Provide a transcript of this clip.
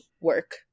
work